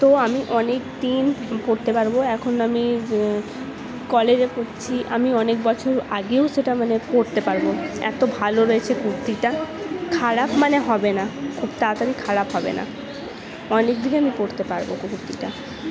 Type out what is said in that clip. তো আমি অনেকদিন পরতে পারব এখন আমি কলেজে পড়ছি আমি অনেক বছর আগেও সেটা মানে পরতে পারব এত ভালো রয়েছে কুর্তিটা খারাপ মানে হবে না খুব তাড়াতাড়ি খারাপ হবে না অনেকদিন আমি পরতে পারব কুর্তিটা